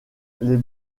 les